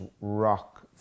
rock